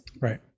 Right